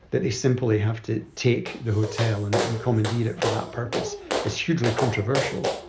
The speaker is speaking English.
that they simply have to take the hotel and and commandeered it for that purpose is hugely controversial.